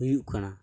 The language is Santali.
ᱦᱩᱭᱩᱜ ᱠᱟᱱᱟ